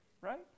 right